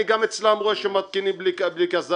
אני גם אצלם רואה שמתקינים בלי קסדה,